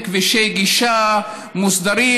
יש בהם כבישי גישה מוסדרים,